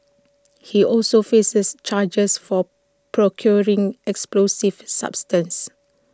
he also faces charges for procuring explosive substances